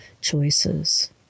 choices